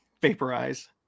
Vaporize